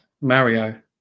Mario